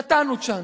נתנו צ'אנס.